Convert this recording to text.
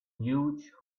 huge